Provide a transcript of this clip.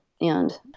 And-